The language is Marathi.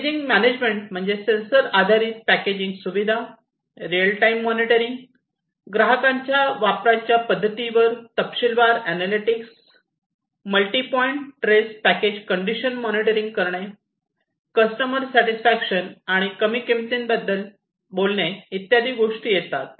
पॅकेजिंग मॅनेजमेंट म्हणजे सेन्सर आधारित पॅकेजिंग सुविधा रिअल टाइम मॉनिटरींग ग्राहकांच्या वापराच्या पद्धतींवर तपशीलवार analytics multi point trace package condition monitoring करणे कस्टमर सॅटिसफॅक्शन आणि कमी किंमतीबद्दल इत्यादी गोष्टी येतात